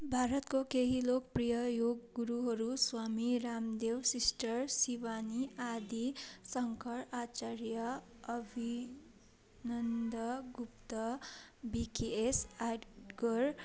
भारतको केही लोकप्रिय योग गुरुहरू Swami Ramdev sister Shivani Adi Shankaracharya Abhinanda Gupta B K S Iyengar